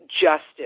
justice